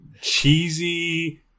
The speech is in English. cheesy